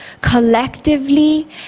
collectively